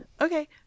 Okay